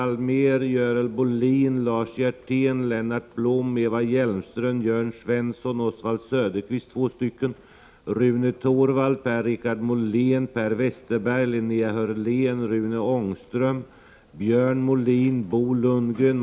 Vidare skall utbyggnadsintressena genom Hälsingekraft ha ställt i utsikt ett bidrag till Ljusdals kommun om 5 milj.kr. om man går med på en utbyggnad.